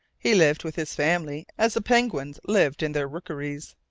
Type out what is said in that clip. he lived with his family as the penguins lived in their rookeries.